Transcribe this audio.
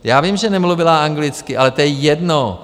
Já vím, že nemluvila anglicky, ale to je jedno.